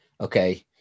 okay